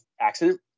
accident